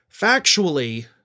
factually